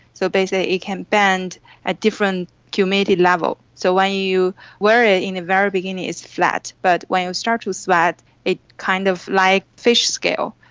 so basically it can bend at different humidity levels. so when you wear it in the very beginning it's flat, but when you start to sweat it's kind of like fish scales,